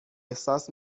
احساس